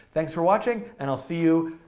thanks for watching, and i'll see you,